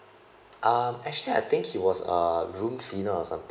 um actually I think he was a room cleaner or something